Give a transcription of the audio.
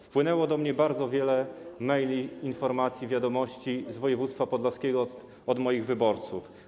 Wpłynęło do mnie bardzo wiele e-maili, informacji, wiadomości z województwa podlaskiego od moich wyborców.